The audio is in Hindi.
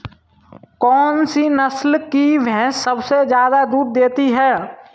कौन सी नस्ल की भैंस सबसे ज्यादा दूध देती है?